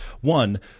One